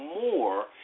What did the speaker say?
more